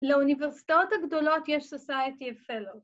‫לאוניברסיטאות הגדולות ‫יש סוסייטי אוף פלו.